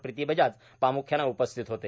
प्रीती बजाज प्राम्ख्याने उपस्थित होते